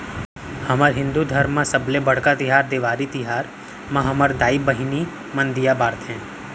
हमर हिंदू धरम म सबले बड़का तिहार देवारी तिहार म हमर दाई बहिनी मन दीया बारथे